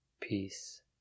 peace